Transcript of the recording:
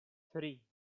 tri